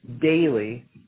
daily